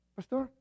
Pastor